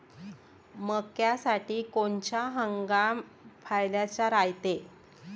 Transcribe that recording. मक्क्यासाठी कोनचा हंगाम फायद्याचा रायते?